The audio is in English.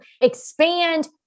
Expand